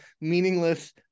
meaningless